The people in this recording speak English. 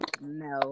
no